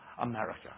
America